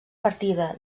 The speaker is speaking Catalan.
partida